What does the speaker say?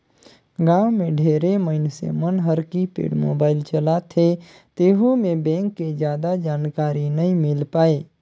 गांव मे ढेरे मइनसे मन हर कीपेड मोबाईल चलाथे तेहू मे बेंक के जादा जानकारी नइ मिल पाये